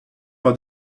par